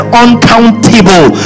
uncountable